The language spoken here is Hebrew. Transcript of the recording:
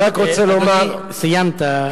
סיימת.